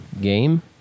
game